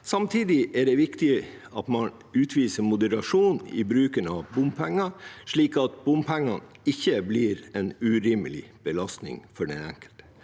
Samtidig er det viktig at man utviser moderasjon i bruken av bompenger, slik at bompengene ikke blir en urimelig belastning for den enkelte.